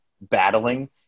battling